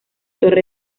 torre